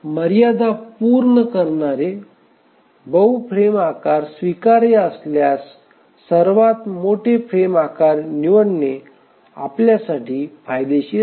मर्यादा पूर्ण करणारे बहु फ्रेम आकार स्वीकार्य असल्यास सर्वात मोठे फ्रेम आकार निवडणे आपल्यासाठी फायदेशीर आहे